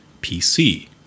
PC